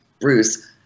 Bruce